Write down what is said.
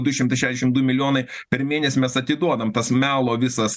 du šimtai šešdešim du milijonai per mėnesį mes atiduodam tas melo visas